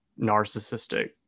narcissistic